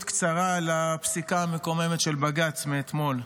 קצרה לפסיקה המקוממת של בג"ץ מאתמול.